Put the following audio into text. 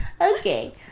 Okay